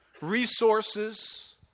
resources